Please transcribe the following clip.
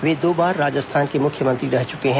वे दो बार राजस्थान के मुख्यमंत्री रह चुके हैं